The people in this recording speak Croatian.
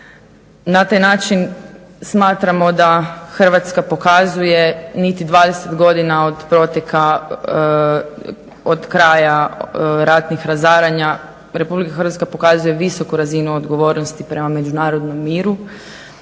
Na taj način smatramo da Hrvatska pokazuje niti 20 godina od proteka, od kraja ratnih razaranja, Republika Hrvatska pokazuje visoku razinu odgovornosti prema međunarodnom miru